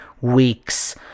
weeks